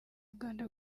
uganda